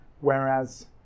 whereas